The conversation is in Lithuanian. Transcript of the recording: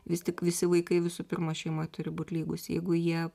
vis tik visi vaikai visų pirma šeimoj turi būt lygūs jeigu jie